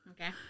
Okay